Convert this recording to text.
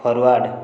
forward